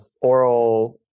oral